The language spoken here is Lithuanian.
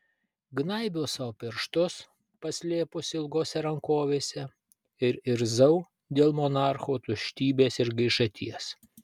gnaibiau sau pirštus paslėpusi ilgose rankovėse ir irzau dėl monarchų tuštybės ir gaišaties